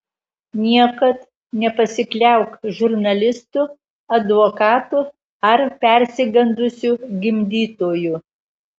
niekad nepasikliauk žurnalistu advokatu ar persigandusiu gimdytoju